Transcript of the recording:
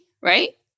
right